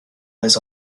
lies